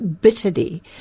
bitterly